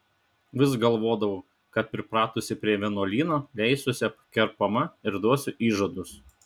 vis galvodavau kad pripratusi prie vienuolyno leisiuosi apkerpama ir duosiu įžadus